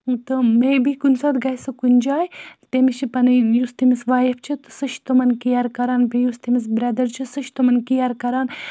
تہٕ مے بی کُنہِ ساتہٕ گژھِ سُہ کُنہِ جایہِ تٔمِس چھِ پَنٕنۍ یُس تٔمِس وایِف چھُ تہٕ سُہ چھِ تمَن کِیر کَران بیٚیہِ یُس تٔمِس بردَر چھُ سُہ چھِ تٕمَن کِیر کَران